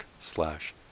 slash